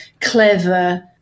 clever